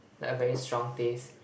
like a very strong taste